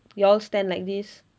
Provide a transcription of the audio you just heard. y'all stand like this